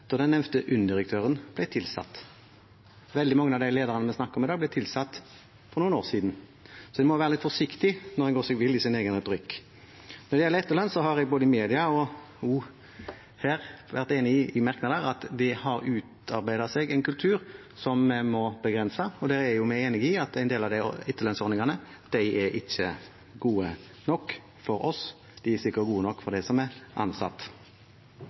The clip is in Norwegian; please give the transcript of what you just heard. da den nevnte UNN-direktøren ble tilsatt. Veldig mange av de lederne vi snakker om i dag, ble tilsatt for noen år siden, så en må være litt forsiktig slik at en ikke går seg vill i sin egen retorikk. Når det gjelder etterlønn, har jeg både i media og også her, i merknader, vært enig i at det har utviklet seg en kultur som vi må begrense, og der er vi enig i at en del av de etterlønnsordningene ikke er gode nok for oss – de er sikkert gode nok for dem som er ansatt.